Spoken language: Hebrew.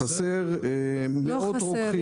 חסרים מאות רוקחים.